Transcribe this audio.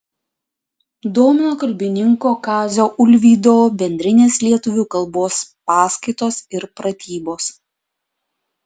domino kalbininko kazio ulvydo bendrinės lietuvių kalbos paskaitos ir pratybos